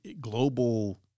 global